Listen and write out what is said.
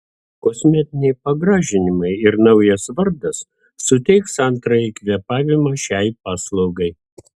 kosmetiniai pagražinimai ir naujas vardas suteiks antrąjį kvėpavimą šiai paslaugai